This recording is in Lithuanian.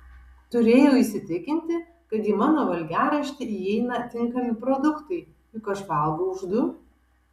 turėjau įsitikinti kad į mano valgiaraštį įeina tinkami produktai juk aš valgau už du